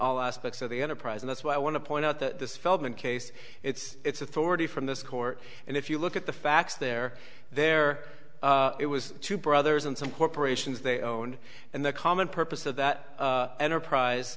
all aspects of the enterprise and that's why i want to point out that this feldman case its authority from this court and if you look at the facts they're there it was two brothers and some corporations they own and the common purpose of that enterprise